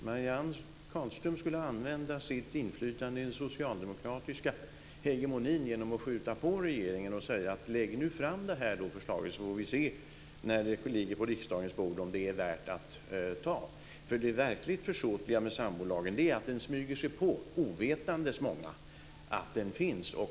Marianne Carlström borde använda sitt inflytande i den socialdemokratiska hegemonin för att trycka på regeringen och säga: Lägg nu fram förslaget så får vi när det ligger på riksdagens bord se om det är värt att anta. Det verkligt försåtliga med sambolagen är att den smyger sig på. Många är ovetande om att den finns.